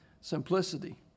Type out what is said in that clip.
simplicity